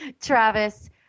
Travis